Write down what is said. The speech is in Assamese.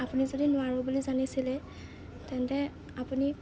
আপুনি যদি নোৱাৰোঁ বুলি জানিছিলে তেন্তে আপুনি